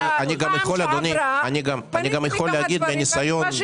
בשנה שעברה פניתי על כמה דברים והתשובה